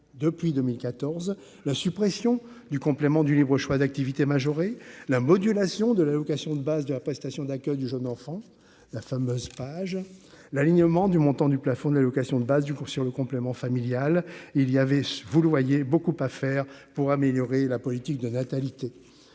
depuis 2014 la suppression du complément du libre choix d'activité majorer la modulation de l'allocation de base de la prestation d'accueil du jeune enfant, la fameuse page l'alignement du montant du plafond de l'allocation de base du cours sur le complément familial, il y avait, vous le voyez beaucoup à faire pour améliorer la politique de natalité,